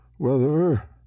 Weather